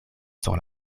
sur